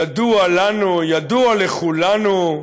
ידוע לנו, ידוע לכולנו,